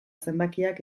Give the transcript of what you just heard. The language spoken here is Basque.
zenbakiak